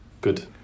Good